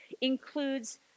includes